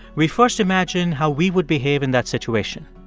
we first imagine how we would behave in that situation.